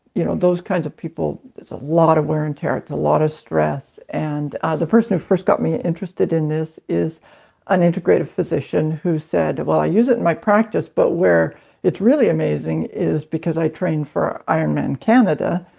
you know those kinds of people. it's a lot of wear and tear. it's a lot of stress and the person who first got me interested in this is an integrated physician who said, well, i use it in my practice but where it's really amazing is because i train for ironman canada,